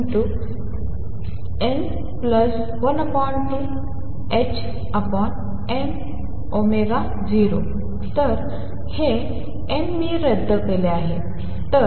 तर हे m मी रद्द केले आहे